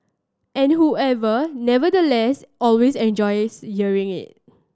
and who ever nevertheless always enjoys hearing it